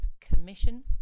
Commission